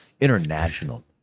international